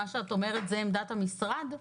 מה שאת אומרת זה עמדת המשרד?